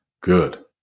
good